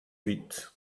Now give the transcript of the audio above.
huit